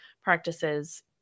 practices